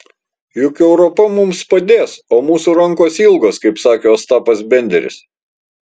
juk europa mums padės o mūsų rankos ilgos kaip sakė ostapas benderis